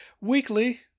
weekly